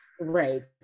right